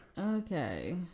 Okay